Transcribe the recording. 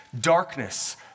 Darkness